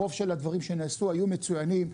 הרוב של הדברים שעשו היו מצוינים.